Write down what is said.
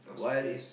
while